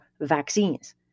vaccines